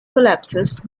collapses